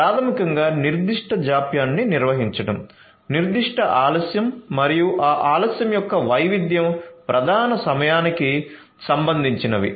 ప్రాథమికంగా నిర్దిష్ట జాప్యాన్ని నిర్వహించడం నిర్దిష్ట ఆలస్యం మరియు ఆ ఆలస్యం యొక్క వైవిధ్యం ప్రధాన సమయానికి సంబంధించినవి